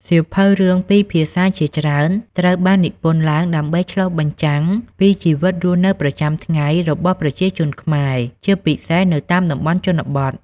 សៀវភៅរឿងពីរភាសាជាច្រើនត្រូវបាននិពន្ធឡើងដើម្បីឆ្លុះបញ្ចាំងពី ជីវិតរស់នៅប្រចាំថ្ងៃ របស់ប្រជាជនខ្មែរ ជាពិសេសនៅតាមតំបន់ជនបទ។